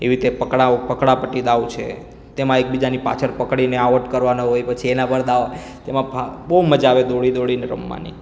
એવી રીતે પકડાવ પકડા પકડી દાવ છે તેમાં એકબીજાની પાછળ પકડીને આઉટ કરવાના હોય પછી એના પર દાવ તેમાં બહુ મજા આવે દોડી દોડીને રમવાની